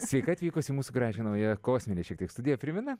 sveika atvykus į mūsų gražią naują kosminę šiek tiek studiją primena